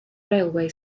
railway